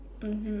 mmhmm